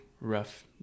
rough